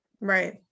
Right